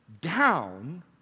down